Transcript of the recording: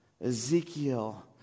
Ezekiel